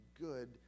good